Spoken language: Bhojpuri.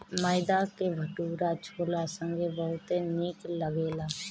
मैदा के भटूरा छोला संगे बहुते निक लगेला